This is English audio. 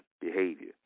behavior